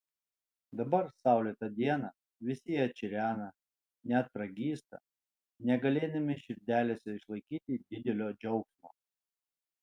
dabar saulėtą dieną visi jie čirena net pragysta negalėdami širdelėse išlaikyti didelio džiaugsmo